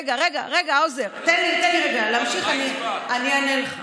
רגע, רגע, האוזר, תן לי רגע להמשיך, אני אענה לך.